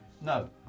No